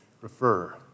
refer